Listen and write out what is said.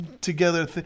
together